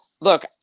Look